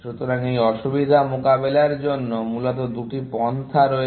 সুতরাং এই অসুবিধা মোকাবেলার জন্য মূলত দুটি পন্থা রয়েছে